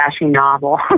novel